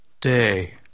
Day